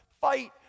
Fight